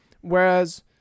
Whereas